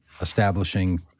establishing